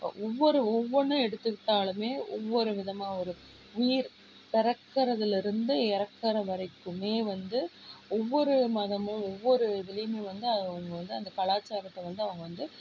ஒவ்வொரு ஒவ்வொன்னும் எடுத்துக்கிட்டாலுமே ஒவ்வொரு விதமாக ஒரு உயிர் பிறக்கறதுலேருந்து இறக்கற வரைக்குமே வந்து ஒவ்வொரு மதமும் ஒவ்வொரு இதுலேயுமே வந்து அவங்க வந்து அந்த கலாச்சாரத்தை வந்து அவங்க வந்து